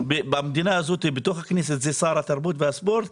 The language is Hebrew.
במדינה הזאת בתוך הכנסת זה שר התרבות והספורט,